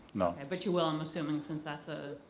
and but you will, i'm assuming, since that's a,